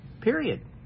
period